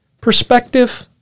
perspective